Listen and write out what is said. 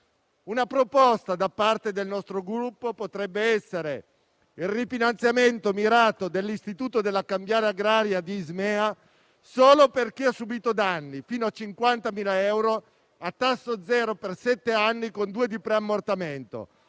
Una proposta da parte del nostro Gruppo potrebbe essere il rifinanziamento mirato dell'istituto della cambiale agraria di Ismea solo per chi ha subito danni fino a 50.000, a tasso zero per sette anni, con due anni di preammortamento.